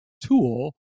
tool